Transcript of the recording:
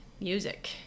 music